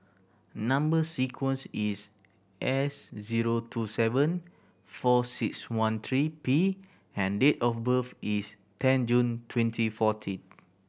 number sequence is S zero two seven four six one three P and date of birth is ten June twenty fourteen